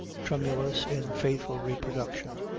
tremulous in faithful reproduction,